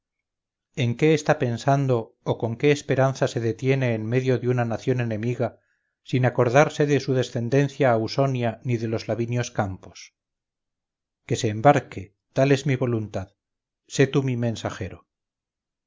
en que está pensando o con qué esperanza se detiene en medio de una nación enemiga sin acordarse de su descendencia ausonia ni de los lavinios campos que se embarque tal es mi voluntad sé tú mi mensajero